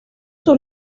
sus